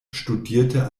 studierte